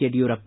Yediyurappa